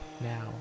now